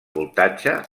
voltatge